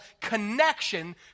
connection